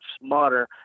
smarter